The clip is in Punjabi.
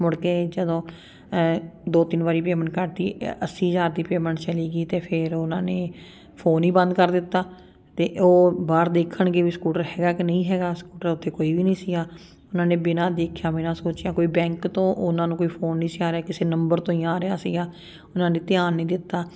ਮੁੜਕੇ ਜਦੋਂ ਦੋ ਤਿੰਨ ਵਾਰੀ ਪੇਮੈਂਟ ਕਰਦੀ ਅੱਸੀ ਹਜ਼ਾਰ ਦੀ ਪੇਮੈਂਟ ਚਲੀ ਗਈ ਅਤੇ ਫਿਰ ਉਹਨਾਂ ਨੇ ਫੋਨ ਹੀ ਬੰਦ ਕਰ ਦਿੱਤਾ ਅਤੇ ਉਹ ਬਾਹਰ ਦੇਖਣਗੇ ਵੀ ਸਕੂਟਰ ਹੈਗਾ ਕਿ ਨਹੀਂ ਹੈਗਾ ਸਕੂਟਰ ਓਥੇ ਕੋਈ ਵੀ ਨਹੀਂ ਸੀਗਾ ਉਹਨਾਂ ਨੇ ਬਿਨਾਂ ਦੇਖਿਆ ਬਿਨਾਂ ਸੋਚਿਆ ਕੋਈ ਬੈਂਕ ਤੋਂ ਉਹਨਾਂ ਨੂੰ ਕੋਈ ਫੋਨ ਨਹੀਂ ਸੀ ਆ ਰਿਹਾ ਕਿਸੇ ਨੰਬਰ ਤੋਂ ਹੀ ਆ ਰਿਹਾ ਸੀਗਾ ਉਹਨਾਂ ਨੇ ਧਿਆਨ ਨਹੀਂ ਦਿੱਤਾ